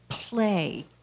Play